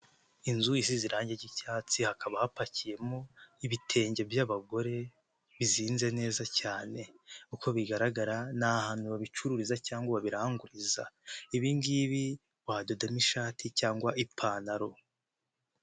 Inzu isiz irangi ry'icyatsi, hakaba hapakiyemo ibitenge by'abagore, bizinze neza cyane, uko bigaragara ni ahantu babicururiza cyangwa babiranguriza, ibi ngibi wadodamo ishati cyangwa ipantaro.